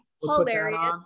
hilarious